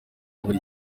buri